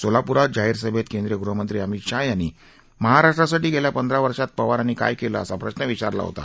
सोलापूरात जाहीर सभेत केंद्रीय गृहमंत्री अमित शहा यांनी महाराष्ट्रासाठी गेल्या पंधरा वर्षात पवारांनी काय केलं असा प्रश्न विचारला होता